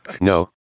No